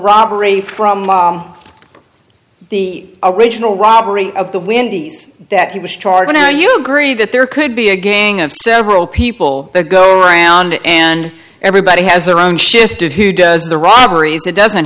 robbery from the original robbery of the windies that he was charging now you agree that there could be a gang of several people that go around and everybody has their own shift of who does the robberies it doesn't